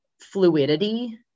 fluidity